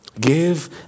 Give